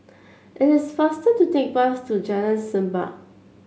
it is faster to take the bus to Jalan Semerbak